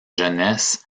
jeunesse